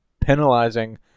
penalizing